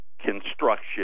construction